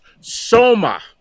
soma